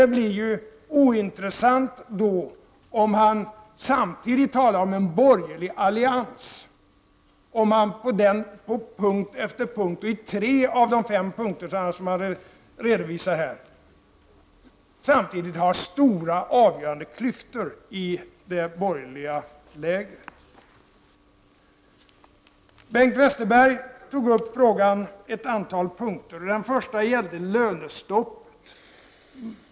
Det blir ju ointressant om han talar om en borgerlig allians samtidigt som man på punkt efter punkt — på tre av de fem punkter som han redovisar här — har stora avgörande klyftor i det borgerliga lägret. Bengt Westerberg tog upp ett antal frågor. Den första gällde lönestoppet.